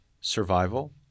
survival